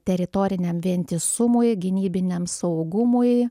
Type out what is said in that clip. teritoriniam vientisumui gynybiniam saugumui